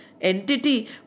entity